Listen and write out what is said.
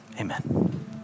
amen